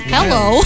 Hello